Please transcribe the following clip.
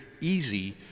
easy